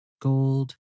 gold